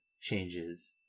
changes